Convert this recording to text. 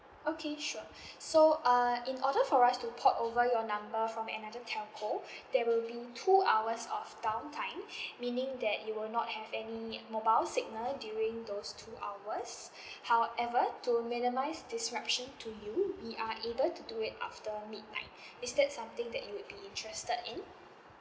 okay sure so err in order for us to port over your number from another telco there will be two hours of downtime meaning that you will not have any mobile signal during those two hours however to minimise disruption to you we are able to do it after midnight is that something that you would be interested in